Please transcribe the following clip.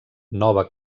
nova